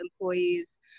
employees